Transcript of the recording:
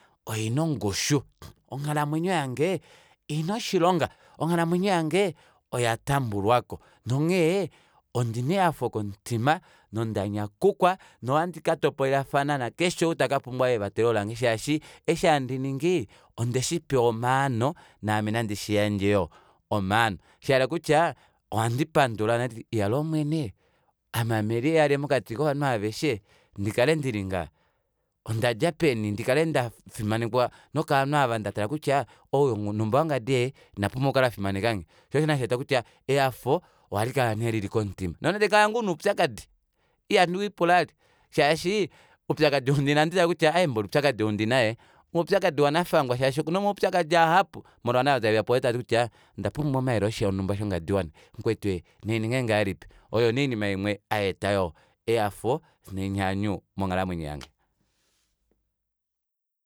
Oina ongushu onghalamwenyo yange oinaoshilonga onghalamwenyo yange oyatambulwako nonghee ondina ehafo komutima nonda nyakukwa nohandi katopolelafana nakeshe oo taka pumwa evatelo lange shaashi eshi handi ningi ondeshipewa omaano naame nandi shiyandje yoo omaano shayela kutya ohandi pandula handiti iyaloo omwene ame aame lyee yalye mokati kovanhu aveshe ndikale ndili ngaha ondadja peni ndikale ndafimanekwa nokovanhu ava ndatala kutya ou numba wongadi ee inapumbwa okukala afimanekange shoo osho nee hashi eta kutya ehafo ohali kala nee lili komutima nande kala ngoo una oupyakadi ihandi wiipula vali shaashi oupyakadi oundina ohandi tale kutya mboli oupyakadi wanafangwa shaashi okuna omaupyakadi ahapu molwo vanhu aava taveya pwoove tavati kutya onda pumbwa omayele oye shonumba shongadi wani mukwetu ee nandi ninge ngahelipi oyo nee oinima imwe hayeeta yoo ehafo nenyanyu monghalamwenyo yange